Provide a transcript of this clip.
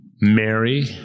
Mary